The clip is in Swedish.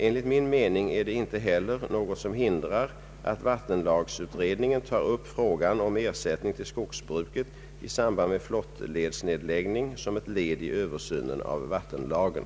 Enligt min mening är det inte heller något som hindrar att vattenlagsutredningen tar upp frågan om ersättning till skogsbruket i samband med flottledsnedläggning som ett led i översynen av vattenlagen.